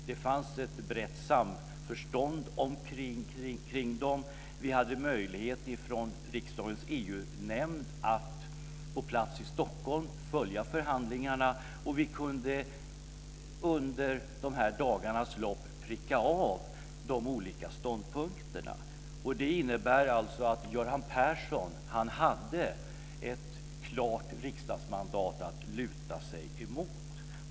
Det fanns ett brett samförstånd omkring dem, och vi hade från riksdagens EU nämnd möjlighet att på plats i Stockholm följa förhandlingarna och kunde under dagarnas lopp pricka av de olika ståndpunkterna. Detta innebär att Göran Persson hade ett klart riksdagsmandat att luta sig emot.